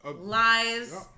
lies